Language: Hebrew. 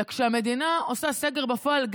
וכשהמדינה עושה סגר בפועל,